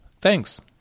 Thanks